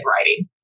writing